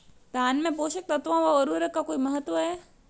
धान में पोषक तत्वों व उर्वरक का कोई महत्व है?